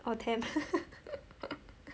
orh Temt